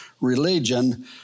religion